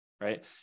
right